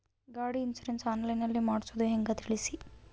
ಗಾಡಿ insurance online ನಲ್ಲಿ ಮಾಡ್ಸೋದು ಹೆಂಗ ತಿಳಿಸಿ?